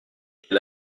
quel